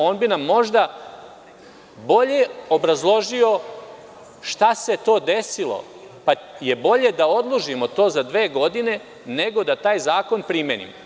On bi nam možda bolje obrazložio šta se to desilo, pa je bolje da odložimo to za dve godine, nego da taj zakon primenimo.